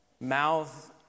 mouth